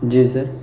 جی سر